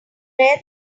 rare